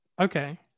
Okay